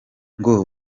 ngo